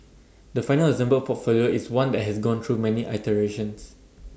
the final assembled portfolio is one that has gone through many iterations